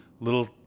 little